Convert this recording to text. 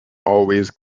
always